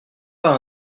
pas